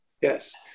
Yes